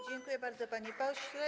Dziękuję bardzo, panie pośle.